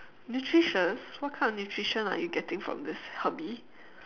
nutritious what kind of nutrition are you getting from this hobby